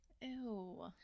Ew